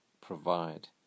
provide